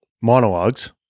monologues